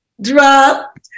Drop